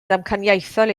damcaniaethol